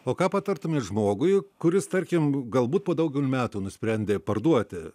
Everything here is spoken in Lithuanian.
o ką patartumėt žmogui kuris tarkim galbūt po daugel metų nusprendė parduoti